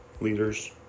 Leaders